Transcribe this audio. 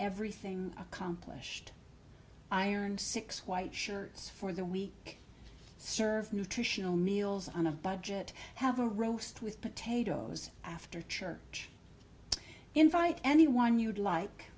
everything accomplished ironed six white shirts for the week serve nutritional meals on a budget have a roast with potatoes after church invite anyone you'd like